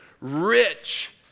rich